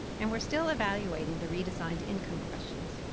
and were still evaluating the redesigned income questions.